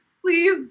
please